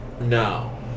no